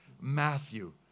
Matthew